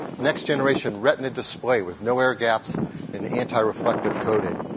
next generation retina display with no air gaps and anti-reflective coating.